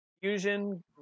Fusion